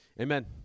amen